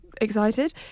excited